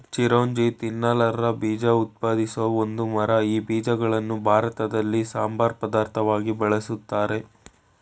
ಚಿರೋಂಜಿ ತಿನ್ನಲರ್ಹ ಬೀಜ ಉತ್ಪಾದಿಸೋ ಒಂದು ಮರ ಈ ಬೀಜಗಳನ್ನು ಭಾರತದಲ್ಲಿ ಸಂಬಾರ ಪದಾರ್ಥವಾಗಿ ಬಳುಸ್ತಾರೆ